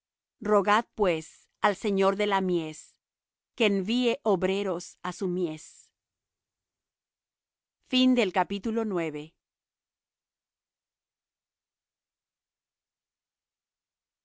rogad pues al señor de la mies que envíe obreros á su mies